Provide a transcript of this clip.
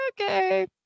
okay